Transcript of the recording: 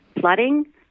flooding